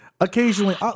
occasionally